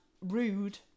rude